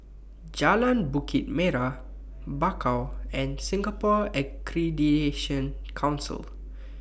Jalan Bukit Merah Bakau and Singapore Accreditation Council